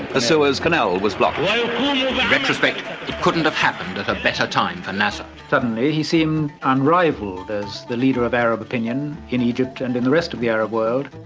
ah so canal was blocked. in retrospect, it couldn't have happened at a better time for nasser. suddenly he seemed unrivalled as the leader of arab opinion in egypt and in the rest of the arab world.